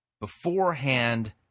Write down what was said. beforehand